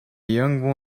young